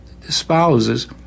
spouses